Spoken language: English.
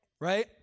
right